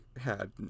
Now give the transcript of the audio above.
had-